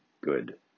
good